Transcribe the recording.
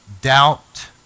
doubt